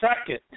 second